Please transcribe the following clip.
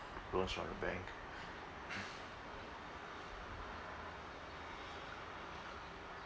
loans from the bank